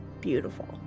Beautiful